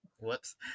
whoops